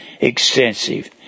extensive